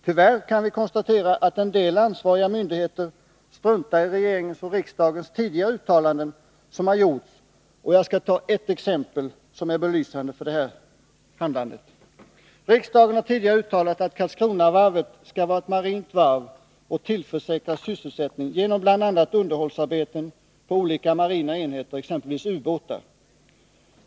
Tyvärr kan vi konstatera att en del ansvariga myndigheter struntar i regeringens och riksdagens uttalanden som har gjorts tidigare. Jag skall ta ett exempel som belyser detta handlande. Riksdagen har uttalat att Karlskronavarvet skall vara marint varv och tillförsäkras sysselsättning genom bl.a. underhållsarbeten på olika marina enheter, exempelvis ubåtar.